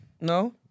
no